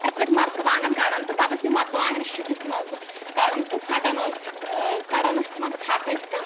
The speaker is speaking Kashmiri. ٲسۍ پَتہٕ مَرژٕوانٛگن کَڈان تہٕ پتہٕ ٲسۍ تِم مَرژٕوانٛگن شُپِس مَنٛز کَڈان تہٕ ژھَٹان ٲسۍ ٲں کَڈان ٲسۍ تِمن ژھَٹ أسۍ تہٕ